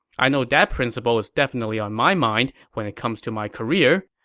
i know that principle is definitely on my mind when it comes to my career,